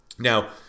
Now